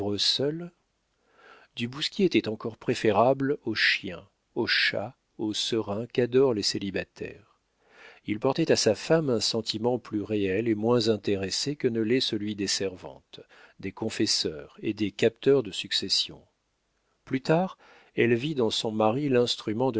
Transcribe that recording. du bousquier était encore préférable aux chiens aux chats aux serins qu'adorent les célibataires il portait à sa femme un sentiment plus réel et moins intéressé que ne l'est celui des servantes des confesseurs et des capteurs de successions plus tard elle vit dans son mari l'instrument